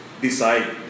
decide